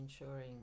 ensuring